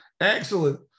Excellent